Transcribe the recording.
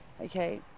Okay